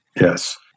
yes